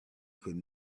could